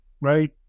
right